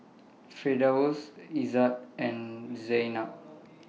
Firdaus Izzat and Zaynab